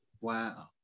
Wow